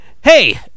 Hey